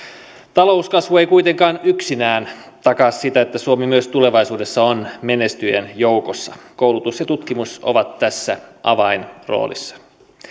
talouskasvu ei kuitenkaan yksinään takaa sitä että suomi myös tulevaisuudessa on menestyjien joukossa koulutus ja tutkimus ovat tässä avainroolissa